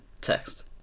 text